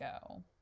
go